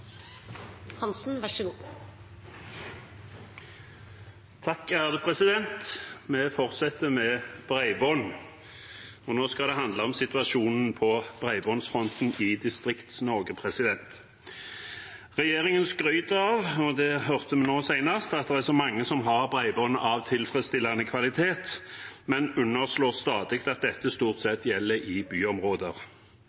nå skal det handle om situasjonen på bredbåndsfronten i Distrikts-Norge. Regjeringen skryter av – og det hørte vi nå senest – at det er så mange som har bredbånd av tilfredsstillende kvalitet, men underslår stadig at dette stort